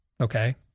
okay